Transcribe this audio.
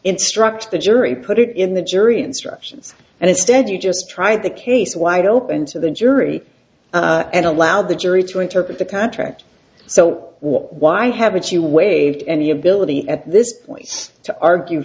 instruct the jury put it in the jury instructions and instead you just try the case wide open to the jury and allow the jury to interpret the contract so why haven't you wait any ability at this point to argue